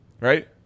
Right